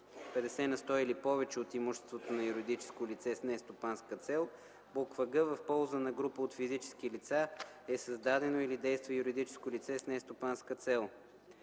на сто или повече от имуществото на юридическо лице с нестопанска цел; г) в полза на група от физически лица е създадено или действа юридическо лице с нестопанска цел.